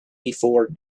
before